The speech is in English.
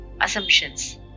assumptions